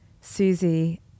Susie